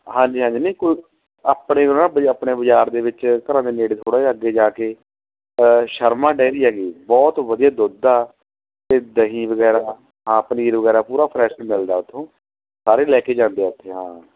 ਹਾਂਜੀ ਹਾਂਜੀ ਨਹੀਂ ਕੋਈ ਆਪਣੇ ਨਾ ਬਜ਼ ਆਪਣੇ ਬਾਜ਼ਾਰ ਦੇ ਵਿੱਚ ਘਰਾਂ ਦੇ ਨੇੜੇ ਥੋੜ੍ਹਾ ਜਿਹਾ ਅੱਗੇ ਜਾ ਕੇ ਸ਼ਰਮਾ ਡੈਅਰੀ ਹੈਗੀ ਬਹੁਤ ਵਧੀਆ ਦੁੱਧ ਆ ਅਤੇ ਦਹੀਂ ਵਗੈਰਾ ਹਾਂ ਪਨੀਰ ਵਗੈਰਾ ਪੂਰਾ ਫਰੈਸ਼ ਮਿਲਦਾ ਉੱਥੋਂ ਸਾਰੇ ਲੈ ਕੇ ਜਾਂਦੇ ਆ ਉੱਥੇ ਹਾਂ